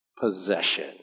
possession